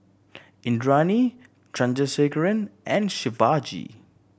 Indranee Chandrasekaran and Shivaji